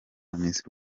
miss